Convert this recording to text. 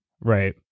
Right